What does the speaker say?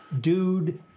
Dude